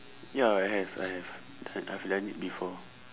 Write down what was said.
ya I have I have I have learnt it before